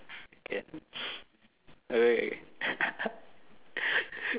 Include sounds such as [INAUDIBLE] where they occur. can [NOISE] alright [NOISE]